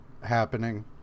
happening